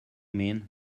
mean